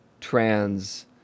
trans